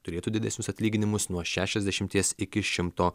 turėtų didesnius atlyginimus nuo šešiasdešimties iki šimto